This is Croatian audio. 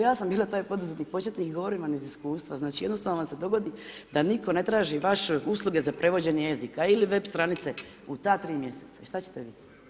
Ja sam bila taj poduzetnik početnik, govorim vam iz iskustva, znači jednostavno vam se dogodi, da nitko ne traži vaše usluge za prevođenje jezika ili web stranice u ta 3 mj. šta ćete vi?